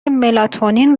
ملاتونین